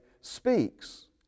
speaks